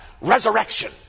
resurrection